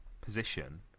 Position